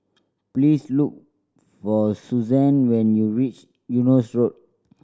please look for Suzann when you reach Eunos Road